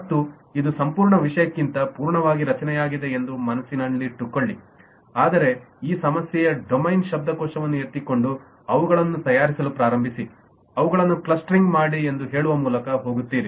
ಮತ್ತು ಇದು ಸಂಪೂರ್ಣ ವಿಷಯಕ್ಕಿಂತ ಸಂಪೂರ್ಣವಾಗಿ ರಚನೆಯಾಗಿದೆ ಎಂದು ಮನಸ್ಸಿನಲ್ಲಿಟ್ಟುಕೊಳ್ಳಿ ಅಂದರೆ ನೀವು ಸಮಸ್ಯೆಯ ಡೊಮೇನ್ನ ಶಬ್ದಕೋಶವನ್ನು ಎತ್ತಿಕೊಂಡು ಅವುಗಳನ್ನು ತಯಾರಿಸಲು ಪ್ರಾರಂಭಿಸಿ ಅವುಗಳನ್ನು ಕ್ಲಸ್ಟರಿಂಗ್ ಮಾಡಿ ಎಂದು ಹೇಳುವ ಮೂಲಕ ಹೋಗುತ್ತೀರಿ